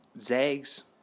Zags